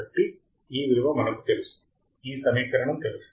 కాబట్టి ఈ విలువ మనకు తెలుసు ఈ సమీకరణం తెలుసు